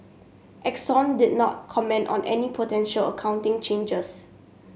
Exxon did not comment on any potential accounting changers